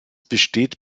besteht